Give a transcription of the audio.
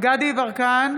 דסטה גדי יברקן,